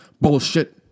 Bullshit